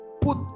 Put